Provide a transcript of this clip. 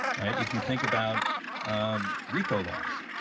right? if you think about um rico laws,